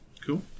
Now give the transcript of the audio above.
cool